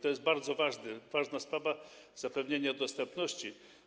To jest bardzo ważna sprawa - zapewnienie dostępności.